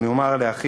אני אומר לאחי